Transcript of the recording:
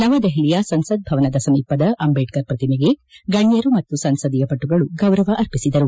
ನವದೆಹಲಿಯ ಸಂಸತ್ ಭವನದ ಸಮೀಪದ ಅಂಬೇಡ್ಕರ್ ಪ್ರತಿಮೆಗೆ ಗಣ್ಯರು ಮತ್ತು ಸಂಸದೀಯ ಪಟುಗಳು ಗೌರವ ಅರ್ಪಿಸಿದರು